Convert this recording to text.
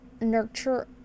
nurture